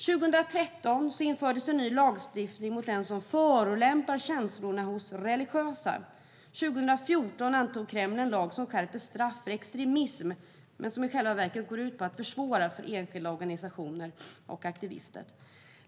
År 2013 infördes en ny lagstiftning mot den som förolämpar känslorna hos religiösa. År 2014 antog Kreml en lag som skärper straffen för extremism, men som i själva verket går ut på att försvåra för enskilda organisationer och aktivister.